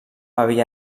havia